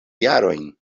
jarojn